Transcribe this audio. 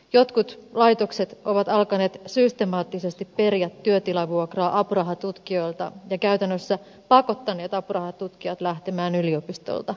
jotkut laitokset ovat alkaneet systemaattisesti periä työtilavuokraa apurahatutkijoilta ja käytännössä pakottaneet apurahatutkijat lähtemään yliopistolta